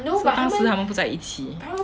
so 当时他们不在一起